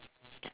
no leh